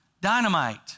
dynamite